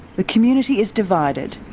the community is divided.